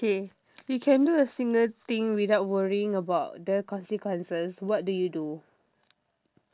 okay you can do a single thing without worrying about the consequences what do you do